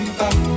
back